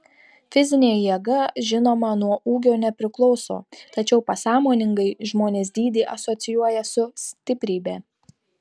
fizinė jėga žinoma nuo ūgio nepriklauso tačiau pasąmoningai žmonės dydį asocijuoja su stiprybe